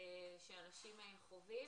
שאנשים חווים,